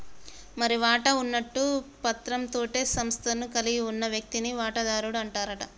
మరి వాటా ఉన్నట్టు పత్రం తోటే సంస్థను కలిగి ఉన్న వ్యక్తిని వాటాదారుడు అంటారట